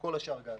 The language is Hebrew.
וכל השאר גז.